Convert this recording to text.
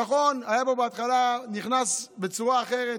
נכון, היה בו בהתחלה, נכנס בצורה אחרת,